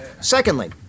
Secondly